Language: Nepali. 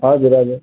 हजुर हजुर